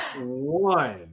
one